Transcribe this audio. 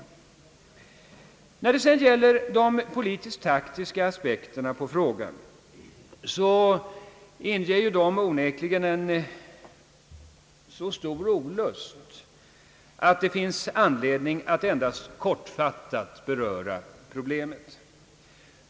De politisk-taktiska aspekterna på frågan inger onekligen en så stor olust att det finns anledning att endast kortfattat beröra dem.